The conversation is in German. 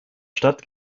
stadt